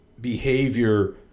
behavior